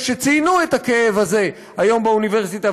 שציינו את הכאב הזה היום באוניברסיטה,